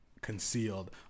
concealed